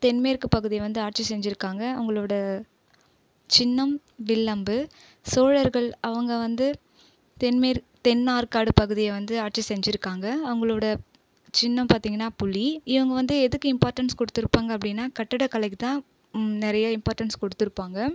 தென்மேற்கு பகுதி வந்து ஆட்சி செஞ்சுருக்காங்க அவர்களோட சின்னம் வில் அம்பு சோழர்கள் அவங்க வந்து தென்மேற் தென் ஆற்காடு பகுதியை வந்து ஆட்சி செஞ்சுருக்காங்க அவர்களோட சின்னம் பார்த்திங்கன்னா புலி இவங்க வந்து எதுக்கு இம்பார்ட்டன்ஸ் கொடுத்துருப்பாங்க அப்படின்னா கட்டடக்கலைக்கு தான் நிறைய இம்பார்ட்டன்ஸ் கொடுத்துருப்பாங்க